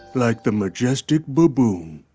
like the majestic baboon